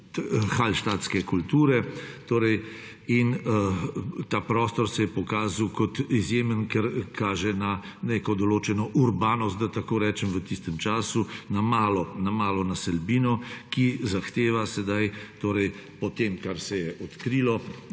velikih izmerah. Ta prostor se je pokazal kot izjemen, ker kaže na neko določeno urbanost, da tako rečem, v tistem času, na malo naselbino, ki zahteva po tem, kar se je odkrilo,